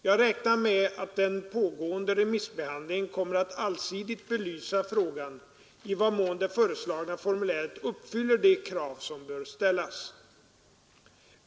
Jag räknar med att den pågående remissbehandlingen kommer att allsidigt belysa frågan i vad mån det föreslagna formuläret uppfyller de krav som bör ställas.